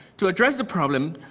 to address the problem,